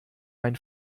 mein